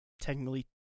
technically